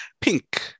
pink